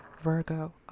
Virgo